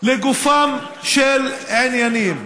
לגופם של עניינים.